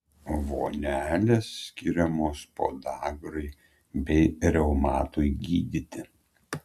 vonelės skiriamos podagrai bei reumatui gydyti